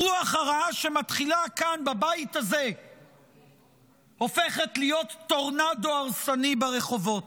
הרוח הרעה שמתחילה כאן בבית הזה הופכת להיות טורנדו הרסני ברחובות,